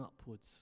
upwards